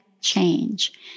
change